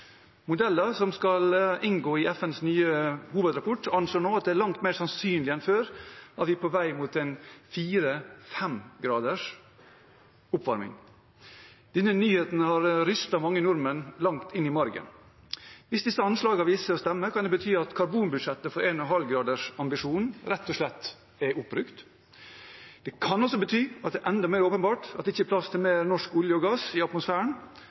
Modeller som skal inngå i FNs nye hovedrapport, anslår nå at det er langt mer sannsynlig enn før at vi er på vei mot 4–5-graders oppvarming. Denne nyheten har rystet mange nordmenn langt inn i margen. Hvis disse anslagene viser seg å stemme, kan det bety at karbonbudsjettet for 1,5-gradersambisjonen rett og slett er oppbrukt. Det kan også bety at det er enda mer åpenbart at det ikke er plass til mer norsk olje og gass i atmosfæren.